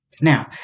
Now